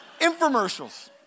Infomercials